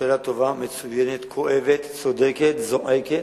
שאלה טובה, מצוינת, כואבת, צודקת, זועקת.